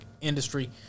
industry